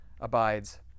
abides